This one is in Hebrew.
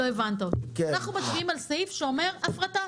אנחנו מצביעים על סעיף שאומר: הפרטה.